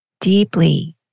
deeply